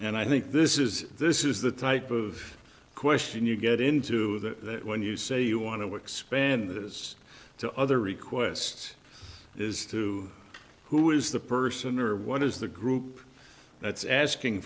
and i think this is this is the type of question you get into that when you say you want to work span that is to other requests is to who is the person or what is the group that's asking